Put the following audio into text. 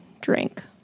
drink